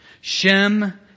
Shem